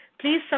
please